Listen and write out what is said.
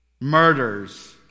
murders